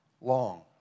long